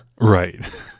Right